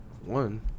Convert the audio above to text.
one